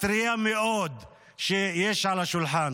הטרייה מאוד שיש על השולחן.